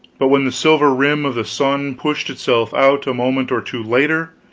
but when the silver rim of the sun pushed itself out, a moment or two later,